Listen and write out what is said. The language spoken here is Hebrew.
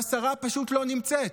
והשרה פשוט לא נמצאת.